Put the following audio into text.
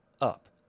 up